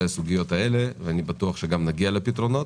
הסוגיות הללו ואני בטוח שגם נגיע לפתרונות.